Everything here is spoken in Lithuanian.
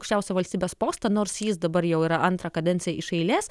aukščiausią valstybės postą nors jis dabar jau yra antrą kadenciją iš eilės